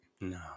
no